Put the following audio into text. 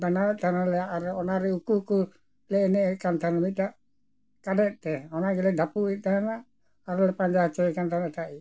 ᱵᱮᱱᱟᱣᱮᱫ ᱛᱟᱦᱮᱱᱟᱞᱮ ᱟᱨ ᱚᱱᱟ ᱨᱮ ᱩᱠᱩ ᱞᱮ ᱮᱱᱮᱡ ᱮᱫ ᱠᱟᱱ ᱛᱟᱦᱮᱱᱟ ᱢᱤᱫᱴᱟᱝ ᱠᱟᱰᱮᱡ ᱛᱮ ᱚᱱᱟ ᱜᱮᱞᱮ ᱰᱷᱟᱯᱩᱜ ᱮᱫᱛᱟᱦᱮᱱᱟ ᱟᱨᱞᱮ ᱯᱟᱸᱡᱟ ᱦᱚᱪᱚᱭᱮ ᱠᱟᱱ ᱛᱟᱦᱮᱱᱟ ᱮᱴᱟᱜᱤᱡ